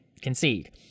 concede